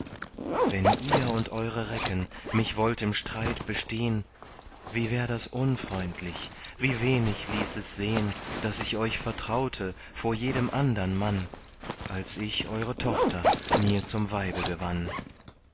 wenn ihr und eure recken mich wollt im streit bestehn wie wär das unfreundlich wie wenig ließ es sehn daß ich euch vertraute vor jedem andern mann als ich eure tochter mir zum weibe gewann